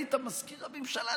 היית מזכיר הממשלה,